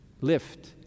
Lift